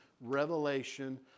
revelation